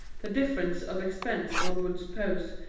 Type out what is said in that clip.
the difference of expense, one would suppose,